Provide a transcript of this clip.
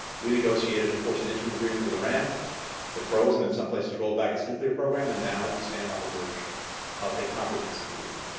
we negotiated, of course, an interim agreement with iran that froze and in some places rolled back its nuclear program. and now we stand on the verge of a comprehensive agreement.